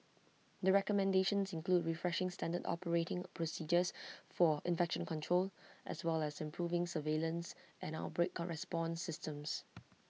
the recommendations include refreshing standard operating procedures for infection control as well as improving surveillance and outbreak response systems